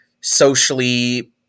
socially